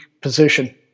position